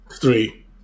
Three